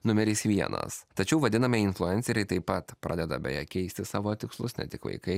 numeris vienas tačiau vadinamieji influenceriai taip pat pradeda beje keisti savo tikslus ne tik vaikai